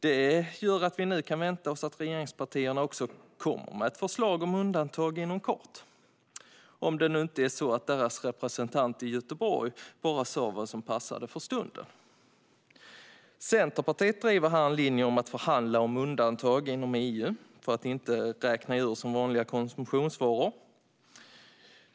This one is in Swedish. Det gör att vi nu kan vänta oss att regeringspartierna också kommer med ett förslag om undantag inom kort, om det nu inte är så att deras representant i Göteborg bara sa vad som passade för stunden. Centerpartiet driver här en linje om att förhandla om undantag inom EU för att inte räkna djur som vanliga konsumtionsvaror.